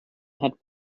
had